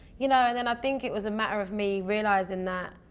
you know and then i think it was a matter of me realizing that